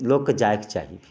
लोक कऽ जाए कऽ चाही भी